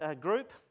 group